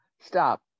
stop